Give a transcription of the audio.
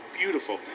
beautiful